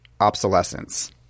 obsolescence